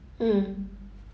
mm